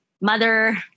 mother